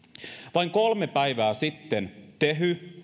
vain kolme päivää sitten tehy